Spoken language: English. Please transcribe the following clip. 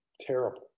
terrible